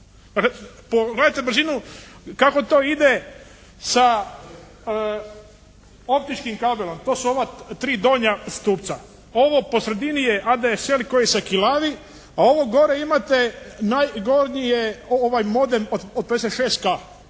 Pogledajte brzinu kako to ide sa optičkim kabelom, to su ova tri donja stupca. Ovo po sredini je ADSL koji se kilavi, a ovo gore imate, najgornji je ovaj modem od 56K.